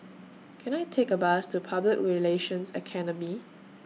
Can I Take A Bus to Public Relations Academy